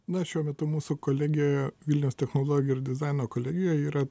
na šiuo metu mūsų kolegijoje vilniaus technologijų ir dizaino kolegijoj yra